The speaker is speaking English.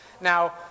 Now